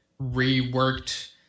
reworked